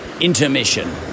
intermission